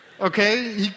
okay